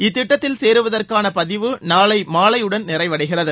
இத்திட்டத்தில் சேருவதற்கான பதிவு நாளை மாலையுடன் நிறைவடைகிறது